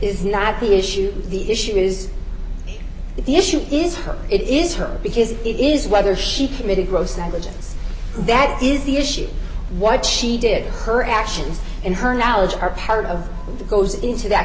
is not the issue the issue is the issue is what it is her because it is whether she committed gross negligence that is the issue what she did her actions in her knowledge are part of the goes into that